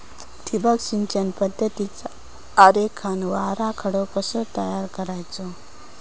ठिबक सिंचन पद्धतीचा आरेखन व आराखडो कसो तयार करायचो?